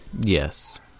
Yes